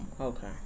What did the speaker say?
okay